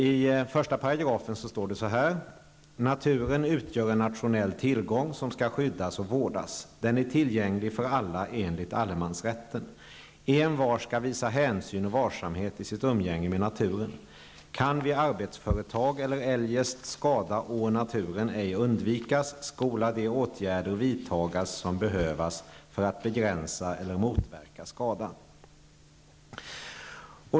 I dess 1 § står det så här: ''Naturen utgör en nationell tillgång som skall skyddas och vårdas. Den är tillgänglig för alla enligt allemansrätten. Envar skall visa hänsyn och varsamhet i sitt umgänge med naturen. Kan vid arbetsföretag eller eljest skada å naturen ej undvikas, skola de åtgärder vidtagas som behövas för att begränsa eller motverka skadan.''